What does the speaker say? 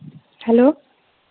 hello